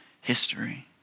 history